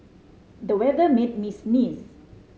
the weather made me sneeze